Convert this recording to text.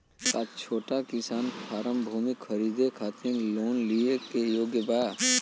का छोटा किसान फारम भूमि खरीदे खातिर लोन के लिए योग्य बा?